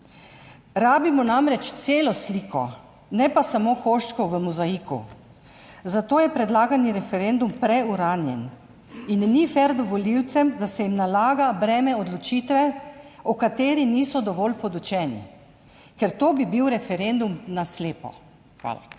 Rabimo namreč celo sliko, ne pa samo koščkov v mozaiku. Zato je predlagani referendum preuranjen in ni fer do volivcev, da se jim nalaga breme odločitve, o kateri niso dovolj podučeni, ker to bi bil referendum na slepo. Hvala.